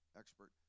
expert